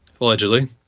Allegedly